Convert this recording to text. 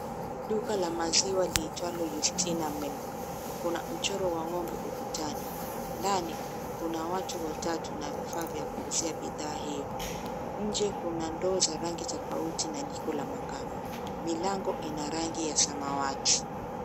Duka la maziwa liitwalo Eustina Milk. Kuna mchoro wa ngombe ukutani. Ndani, kuna watu watatu na vifaa vya kuuzia bidhaa hiyo. Inje kuna ndoo za rangi tofauti na jiko la makaa. Milango ina rangi ya samawati.